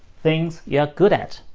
things you are good at.